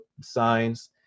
signs